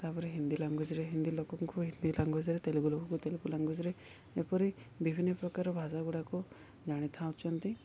ତା'ପରେ ହିନ୍ଦୀ ଲାଙ୍ଗୁଏଜ୍ରେ ହିନ୍ଦୀ ଲୋକଙ୍କୁ ହିନ୍ଦୀ ଲାଙ୍ଗୁଏଜ୍ରେ ତେଲୁଗୁ ଲୋକଙ୍କୁ ତେଲୁଗୁ ଲାଙ୍ଗୁଏଜ୍ରେ ଏପରି ବିଭିନ୍ନ ପ୍ରକାର ଭାଷା ଗୁଡ଼ାକ ଜାଣିଥାଉଛନ୍ତି